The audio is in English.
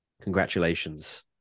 Congratulations